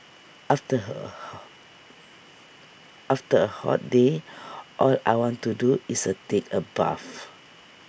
after her A hall after A hot day all I want to do is A take A bath